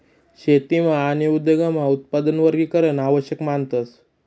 शेतीमा आणि उद्योगमा उत्पादन वर्गीकरण आवश्यक मानतस